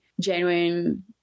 genuine